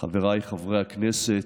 חבריי חברי הכנסת,